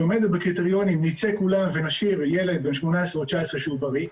שעומדת בקריטריונים נצא כולם ונשאיר ילד בן 18 או 19 שהוא בריא,